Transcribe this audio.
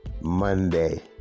Monday